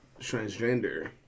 Transgender